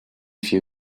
feel